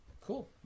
Cool